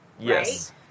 Yes